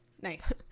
Nice